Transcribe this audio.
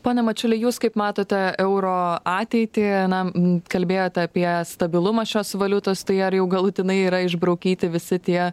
pone mačiuli jūs kaip matote euro ateitį na m kalbėjot apie stabilumą šios valiutos tai ar jau galutinai yra išbraukyti visi tie